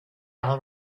all